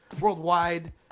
worldwide